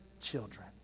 children